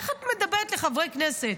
איך את מדברת לחברי כנסת?